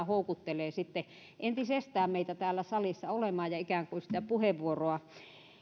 houkuttelee sitten entisestään meitä täällä salissa olemaan ja puheenvuoroa